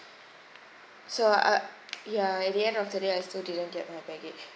so uh ya at the end of the day I still didn't get my baggage